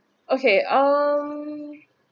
okay um